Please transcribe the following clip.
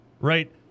Right